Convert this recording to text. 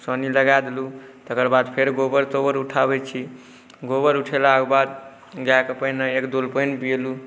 सानी लगा देलहुँ तकर बाद फेर गोबर तोबर उठाबै छी गोबर उठेलाके बाद गाइके पहिने एक डोल पानि पिएलहुँ